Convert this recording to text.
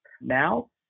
now